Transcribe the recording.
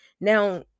now